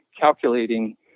calculating